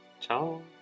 Ciao